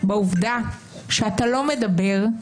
בעובדה שאתה לא מדבר,